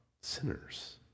sinners